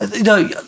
No